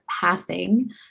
passing